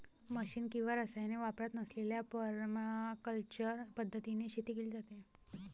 machine किंवा रसायने वापरत नसलेल्या परमाकल्चर पद्धतीने शेती केली जाते